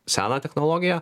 seną technologiją